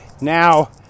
Now